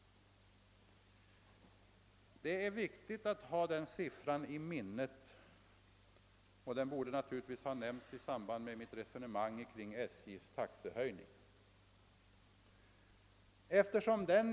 Det är viktigt att hålla denna siffra i minnet, som ju borde ha nämnts vid mitt resonemang om SJ:s taxehöjning.